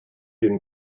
den